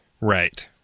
Right